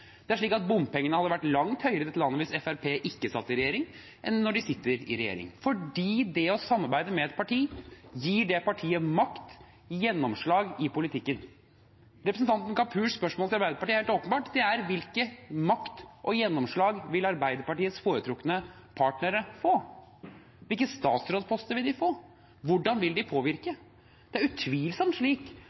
Det er slik at bompengeavgiftene hadde vært langt høyere hvis Fremskrittspartiet ikke satt i regjering enn når de sitter i regjering – fordi det å samarbeide med et parti, gir partiet makt og gjennomslag i politikken. Representanten Kapurs spørsmål til Arbeiderpartiet er helt åpenbart: Hvilken makt og hvilket gjennomslag vil Arbeiderpartiets foretrukne partnere få? Hvilke statsrådposter vil de få? Hvordan vil de påvirke? Det er utvilsomt slik